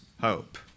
hope